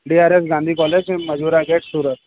D R S Gandhi college in Majura gate Surat